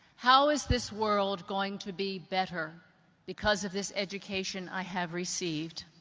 how is this world going to be better because of this education i have received?